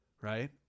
right